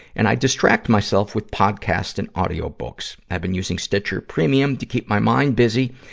and i distract myself with podcasts and audiobooks. i've been using stitcher premium to keep my mind busy,